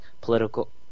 political